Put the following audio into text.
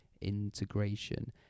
integration